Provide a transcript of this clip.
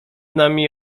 nami